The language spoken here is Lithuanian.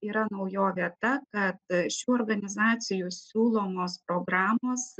yra naujovė ta kad šių organizacijų siūlomos programos